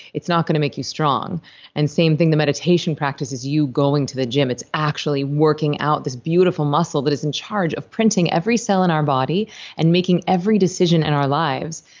it's not going to make you strong and same thing, the meditation practice is you going to the gym. it's actually working out this beautiful muscle that is in charge of printing every cell in our body and making every decision in our lives.